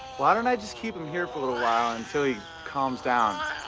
why don't i just keep him here for a little while until he calms down?